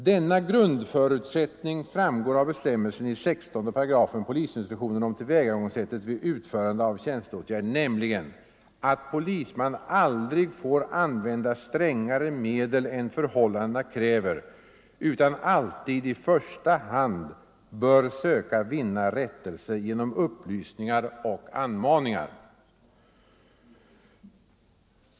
Denna grundförutsättning framgår av bestämmelsen i 16 § PI om tillvägagångssättet vid utförandet av tjänsteåtgärd, nämligen att polisman aldrig får använda strängare medel än förhållandena kräver utan alltid i första hand bör söka vinna rättelse genom upplysningar och anmaningar.